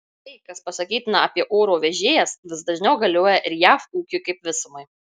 tai kas pasakytina apie oro vežėjas vis dažniau galioja ir jav ūkiui kaip visumai